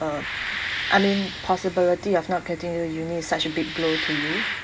uh I mean possibility of not getting your uni is such a big blow to you